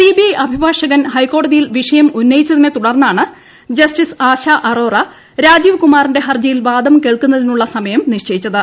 CBI അഭിഭാഷകൻ ഹൈക്കോടതിയിൽ വിഷയം ഉന്നയിച്ചതിനെത്തുടർന്നാണ് ജ്ലസ്റ്റിസ് ആശ അറോറ രാജീവ്കുമാറിന്റെ ഹർജിയിൽ വാദ്യം ക്ക്റ്ർക്കുന്നതിനുള്ള സമയം നിശ്ചയിച്ചത്